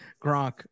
Gronk